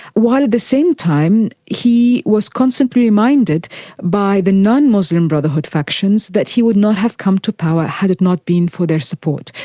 while at the same time he was constantly reminded by the non-muslim brotherhood factions that he would not have come to power had it not been for their support.